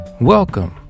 welcome